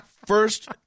First